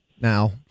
now